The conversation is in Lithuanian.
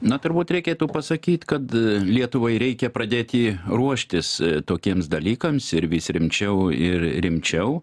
na turbūt reikėtų pasakyt kad lietuvai reikia pradėti ruoštis tokiems dalykams ir vis rimčiau ir rimčiau